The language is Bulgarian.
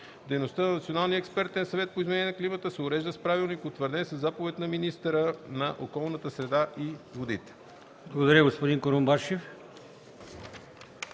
Дейността на Националния експертен съвет по изменение на климата се урежда с правилник, утвърден със заповед на министъра на околната среда и водите.”